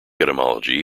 etymology